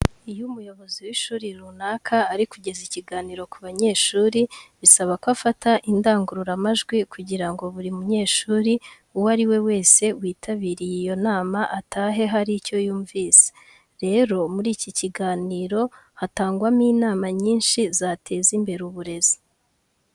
Iyo umuyobozi w'ishuri runaka ari kugeza ikiganiro ku banyeshuri bisaba ko afata indangururamajwi kugira ngo buri munyeshuri uwo ari we wese witabiriye iyo nama atahe hari icyo yumvise. Rero muri iki kiganiro hatangwamo inama nyinshi zateza imbere uburezi.